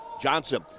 Johnson